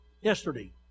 Yesterday